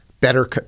better